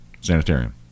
Sanitarium